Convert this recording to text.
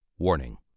Warning